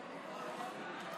בעד,